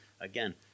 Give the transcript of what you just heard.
Again